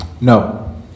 No